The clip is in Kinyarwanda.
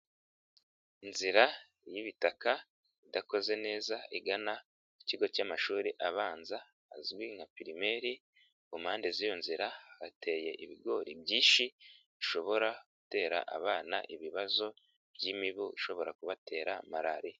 lnzira y'ibitaka idakoze neza igana ku kigo cy'amashuri abanza azwi nka primary ,ku mpande z'iyo nzira hateye ibigori byinshi ,bishobora gutera abana ibibazo by'imibu ,ishobora kubatera malariya.